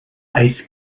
ice